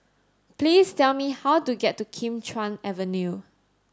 please tell me how to get to Kim Chuan Avenue